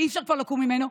שכבר אי-אפשר לקום ממנו,